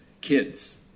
kids